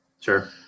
sure